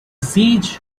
siege